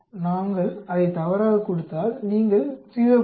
நாங்கள் அதை தவறாகக் கொடுத்தால் நீங்கள் 0